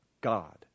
God